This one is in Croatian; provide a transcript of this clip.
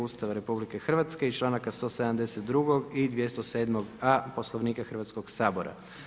Ustava RH i članaka 172. i 207.a Poslovnika Hrvatskoga sabora.